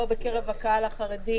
לא בקרב הקהל החרדי,